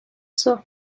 سرخ